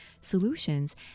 Solutions